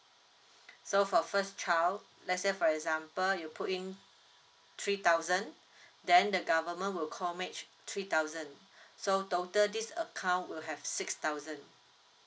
so for first child let's say for example you put in three thousand then the government will co match three thousand so total this account will have six thousand